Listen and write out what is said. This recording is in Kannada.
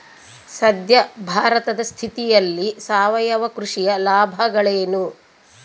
ಸದ್ಯ ಭಾರತದ ಸ್ಥಿತಿಯಲ್ಲಿ ಸಾವಯವ ಕೃಷಿಯ ಲಾಭಗಳೇನು?